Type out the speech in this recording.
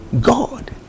God